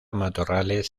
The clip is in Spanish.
matorrales